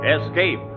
Escape